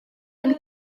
been